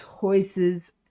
choices